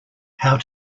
how